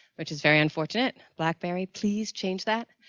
which is very unfortunate. blackberry, please change that,